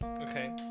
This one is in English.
Okay